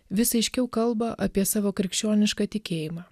vis aiškiau kalba apie savo krikščionišką tikėjimą